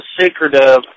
secretive